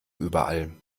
überall